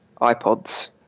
iPods